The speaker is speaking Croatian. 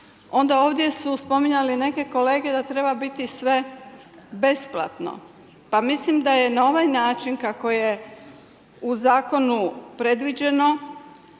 onda ovdje su spominjali neke kolege da treba biti sve besplatno. Pa mislim da je na ovaj način kako je u zakonu predviđeno,